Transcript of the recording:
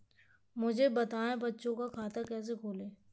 मुझे बताएँ बच्चों का खाता कैसे खोलें?